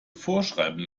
vorschreiben